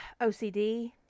OCD